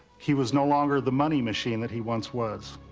he was no longer the money machine that he once was.